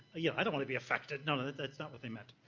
yeah, i don't want to be affected. no, that's not what they meant.